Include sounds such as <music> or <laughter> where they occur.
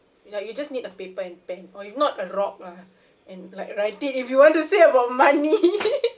ya you just need a paper and pen or if not a rock lah and like writing if you want to say about money <laughs>